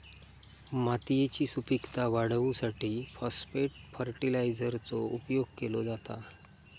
मातयेची सुपीकता वाढवूसाठी फाॅस्फेट फर्टीलायझरचो उपयोग केलो जाता